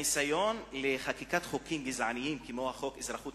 הניסיון לחקיקת חוקים גזעניים כמו חוק האזרחות,